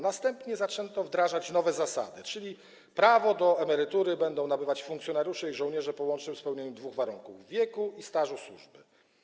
Następnie zaczęto wdrażać nowe zasady, czyli prawo do emerytury będą nabywać funkcjonariusze i żołnierze po łącznym spełnieniu dwóch warunków: wieku i stażu służby.